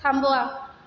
थांबवा